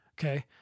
Okay